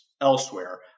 elsewhere